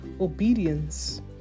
obedience